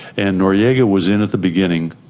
and noriega was in at the beginning,